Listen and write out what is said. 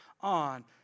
on